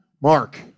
Mark